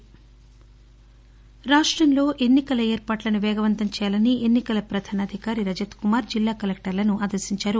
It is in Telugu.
ఎలక్షన్ కమీషన్ రాష్టంలో ఎన్నికల ఏర్పాట్లను వేగవంతం చేయాలని ఎన్నికల పధాన అధికారి రజత్ కుమార్ జిల్లా కలెక్షర్లను ఆదేశించారు